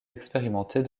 expérimentés